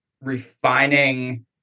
refining